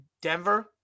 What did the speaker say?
Denver